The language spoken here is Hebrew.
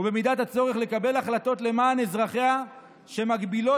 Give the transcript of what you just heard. ובמידת הצורך לקבל למען אזרחיה החלטות שמגבילות